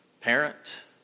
parent